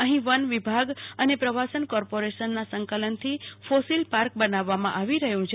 અર્ફી વનવિભાગ અને પ્રવાસન કોર્પોરેશનના સંકલનથી ફોસીલ પાર્ક બનાવવામાં આવી રહ્યો છે